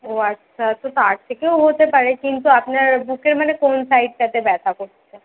ও আচ্ছা তো তার থেকেও হতে পারে কিন্তু আপনার বুকের মানে কোন সাইডটাতে ব্যথা করছে